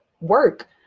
work